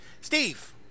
Steve